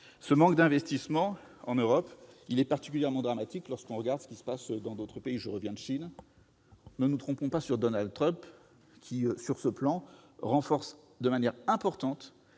Ce manque d'investissements en Europe est particulièrement dramatique au regard de ce qui se passe dans d'autres pays- je reviens de Chine. Ne nous trompons pas sur Donald Trump, qui, dans son pays, augmente de manière importante